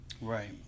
Right